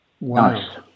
Nice